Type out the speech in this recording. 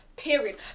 period